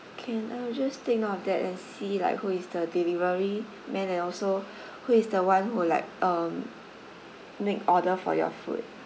can I will just take note of that and see like who is the delivery man and also who is the one who like um make order for your food